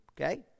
Okay